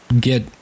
get